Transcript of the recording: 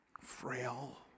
frail